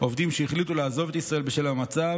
ועובדים שהחליטו לעזוב את ישראל בשל המצב